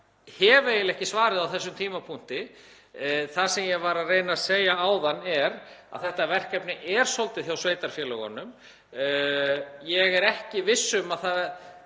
hef eiginlega ekki svarið á þessum tímapunkti. Það sem ég var að reyna að segja áðan er að þetta verkefni er svolítið hjá sveitarfélögunum og ég er ekki viss um að við